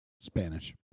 Spanish